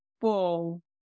full